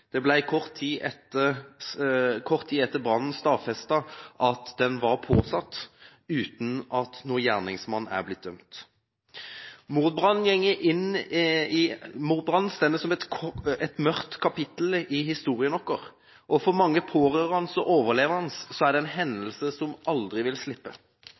kort tid etter brannen stadfestet at den var påsatt – uten at noen gjerningsmann er blitt dømt. Mordbrannen står som et mørkt kapittel i historien vår, og for mange pårørende og overlevende er det en hendelse som aldri vil slippe.